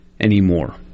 anymore